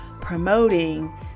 promoting